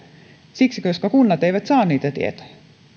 siksi että kunnat eivät saa niitä tietoja